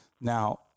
Now